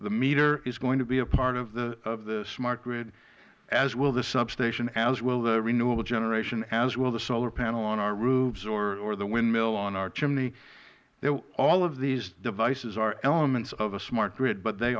the meter is going to be a part of the smart grid as will the substation as will the renewable generation as will the solar panel on our roofs or the windmill on our chimney all of these devices are elements of a smart grid but they